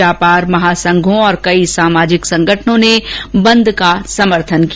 व्यापार महासंघों और कई सामाजिक संगठनों ने बंद को समर्थन दिया